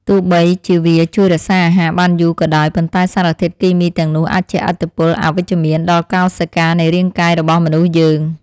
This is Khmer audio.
ទោះបីជាវាជួយរក្សាអាហារបានយូរក៏ដោយប៉ុន្តែសារធាតុគីមីទាំងនោះអាចជះឥទ្ធិពលអវិជ្ជមានដល់កោសិកានៃរាងកាយរបស់មនុស្សយើង។